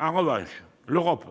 En revanche, l'Europe